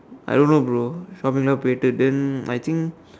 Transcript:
I don't know bro shopping lah later then I think